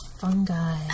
fungi